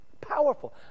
Powerful